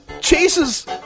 chases